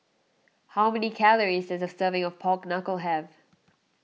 how many calories does a serving of Pork Knuckle have